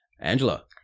Angela